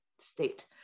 state